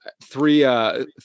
three